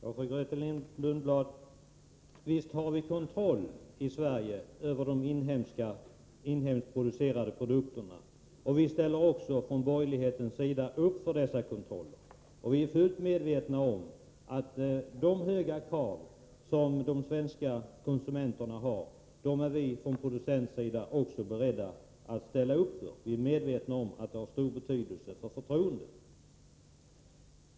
Herr talman! Visst har vi i Sverige kontroll över de inhemskt producerade produkterna, Grethe Lundblad. Från borgerlighetens sida ställer vi också upp för dessa kontroller. Vi är fullt medvetna om de höga krav som de svenska konsumenterna ställer, och från producentsidan är man också beredd att ställa upp för dem. Vi är medvetna om att det har stor betydelse för förtroendet.